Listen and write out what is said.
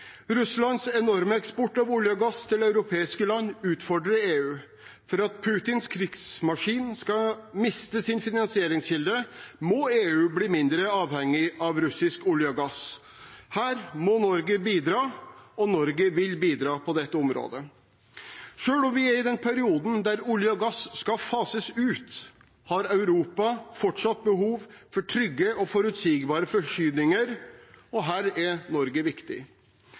Russlands enorme eksport av olje og gass til europeiske land utfordrer EU. For at Putins krigsmaskin skal miste sin finansieringskilde, må EU blir mindre avhengig av russisk olje og gass. Her må Norge bidra, og Norge vil bidra på dette området. Selv om vi er i den perioden da olje og gass skal fases ut, har Europa fortsatt behov for trygge og forutsigbare forsyninger, og her er Norge viktig.